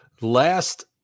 Last